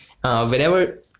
whenever